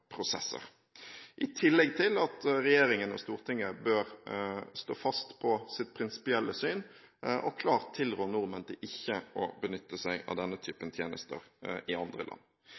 prosesser. I tillegg bør Stortinget og regjeringen stå fast på sitt prinsipielle syn og klart tilrå nordmenn til ikke å benytte seg av denne typen tjenester i andre land.